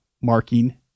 marking